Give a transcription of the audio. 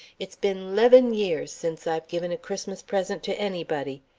it's been leven years since i've given a christmas present to anybody.